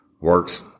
works